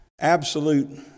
absolute